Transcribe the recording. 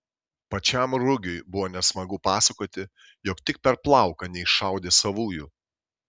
pačiam rugiui buvo nesmagu pasakoti jog tik per plauką neiššaudė savųjų